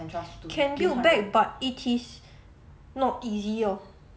can build back but it is not easy orh